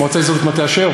מועצה אזורית מטה-אשר?